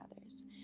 others